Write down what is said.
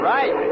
Right